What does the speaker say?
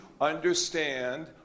understand